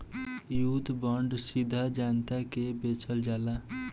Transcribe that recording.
युद्ध बांड सीधा जनता के बेचल जाला